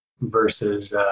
versus